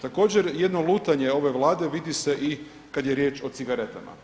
Također jedno lutanje ove Vlade vidi se i kad je riječ o cigaretama.